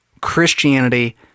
Christianity